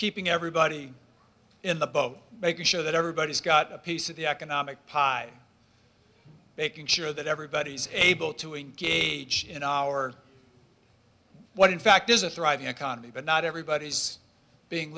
keeping everybody in the boat making sure that everybody's got a piece of the economic pie making sure that everybody's able to engage in our what in fact is a thriving economy but not everybody's being